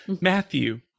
matthew